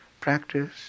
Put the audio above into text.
practice